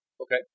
Okay